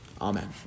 Amen